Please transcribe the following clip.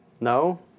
No